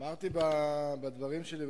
אמרתי בדברים שלי,